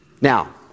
Now